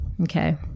okay